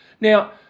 Now